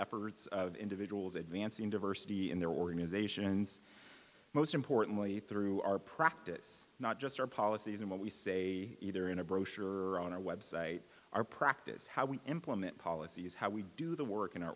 efforts of individuals advancing diversity in their organizations most importantly through our practice not just our policies and what we say either in a brochure or on our website our practice how we implement policies how we do the work in our